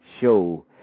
show